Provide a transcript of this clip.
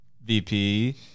VP